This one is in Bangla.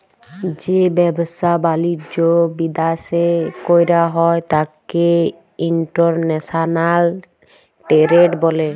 যে ব্যাবসা বালিজ্য বিদ্যাশে কইরা হ্যয় ত্যাকে ইন্টরন্যাশনাল টেরেড ব্যলে